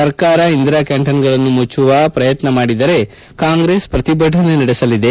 ಸರ್ಕಾರ ಇಂದಿರಾ ಕ್ಯಾಂಟೀನ್ ಗಳನ್ನು ಮುಚ್ಚುವ ಶ್ರಯತ್ನ ಮಾಡಿದರೆ ಕಾಂಗ್ರೆಸ್ ಶ್ರತಿಭಟನೆ ನಡೆಸಲಿದೆ